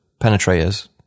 penetrators